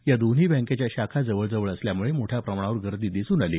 या दोन्ही बँकेच्या शाखा जवळजवळ असल्यामुळे मोठ्या प्रमाणावर गर्दी दिसून आली